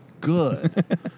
Good